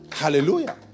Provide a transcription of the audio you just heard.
Hallelujah